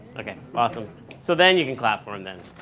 like and ah so so then you can clap for him then.